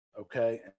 okay